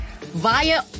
Via